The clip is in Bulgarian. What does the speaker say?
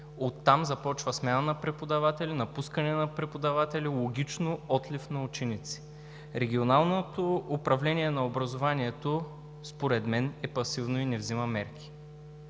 Оттам започва смяна на преподаватели, напускане на преподаватели, логично – отлив на ученици. Регионалното управление на образованието според мен е пасивно и не взима мерки.